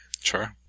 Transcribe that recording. Sure